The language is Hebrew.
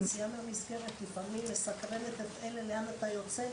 --- ביציאה מהמסגרת לפעמים זה מסקרן לאן אתה יוצא?